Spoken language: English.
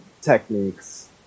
techniques